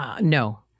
No